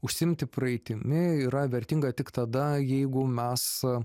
užsiimti praeitimi yra vertinga tik tada jeigu mes